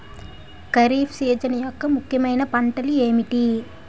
Kharif season యెక్క ముఖ్యమైన పంటలు ఏమిటీ?